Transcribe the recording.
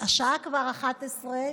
השעה כבר 23:00,